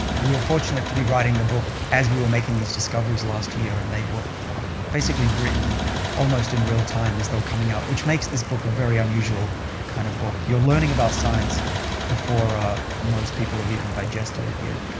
we were fortunate to be writing the book as we were making these discoveries last year, and they were basically written almost in real time as they were coming out, which makes this book a very unusual kind of book. you're learning about science before most people have even digested it yet.